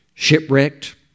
shipwrecked